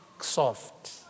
soft